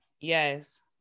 Yes